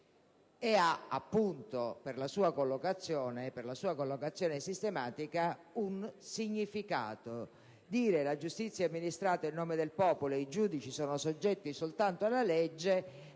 che per la sua collocazione sistematica ha un significato: «La giustizia è amministrata in nome del popolo. I giudici sono soggetti soltanto alla legge».